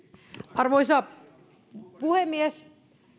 arvoisa puhemies